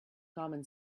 common